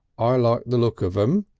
i like the look of them,